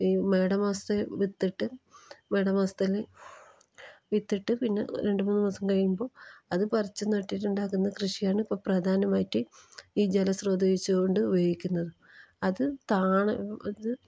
ഈ മേടമാസത്തിൽ വിത്തിട്ട് മേടമാസത്തിൽ വിത്തിട്ട് പിന്നെ രണ്ട് മൂന്ന് മാസം കഴിയുമ്പോൾ അത് പറിച്ച് നട്ടിട്ടുണ്ടാക്കുന്ന കൃഷിയാണ് ഇപ്പോൾ പ്രധാനമായിട്ട് ഈ ജലസ്രോതസ്സ് കൊണ്ട് ഉപയോഗിക്കുന്നത് അത് താണ അത്